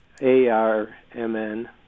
A-R-M-N